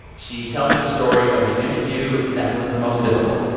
she tells me the story of the interview that was the most difficult.